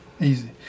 easy